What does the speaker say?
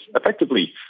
effectively